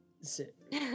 sit